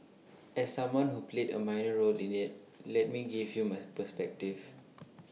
as someone who played A minor role in IT let me give you my perspective